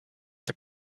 the